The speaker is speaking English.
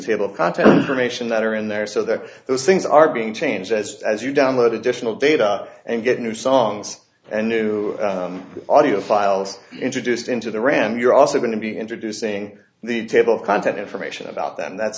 table contents relation that are in there so that those things are being changed as as you download additional data and get new songs and new audio files introduced into the ram you're also going to be introducing the table content information about them that's